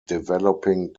developing